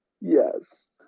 Yes